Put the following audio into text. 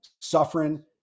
suffering